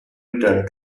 return